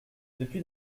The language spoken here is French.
depuis